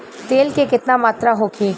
तेल के केतना मात्रा होखे?